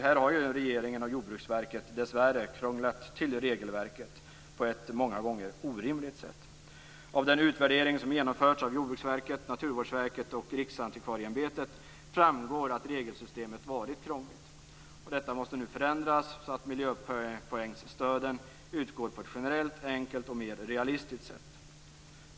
Här har regeringen och Jordbruksverket dessvärre krånglat till regelverket på ett många gånger orimligt sätt. Av den utvärdering som genomförts av Jordbruksverket, Naturvårdsverket och Riksantikvarieämbetet framgår att regelsystemet varit krångligt. Detta måste nu förändras, så att miljöpoängstöden utgår generellt och på ett enkelt och mer realistiskt sätt.